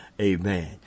Amen